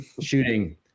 shooting